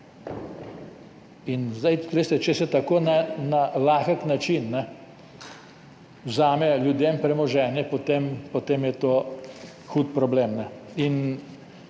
od načrtovane. In če se tako na lahek način vzame ljudem premoženje, potem je to hud problem.